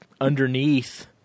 underneath